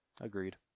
Agreed